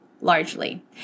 largely